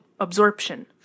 Absorption